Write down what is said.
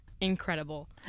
Incredible